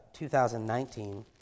2019